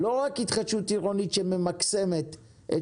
לא רק התחדשות עירונית שממקסמת את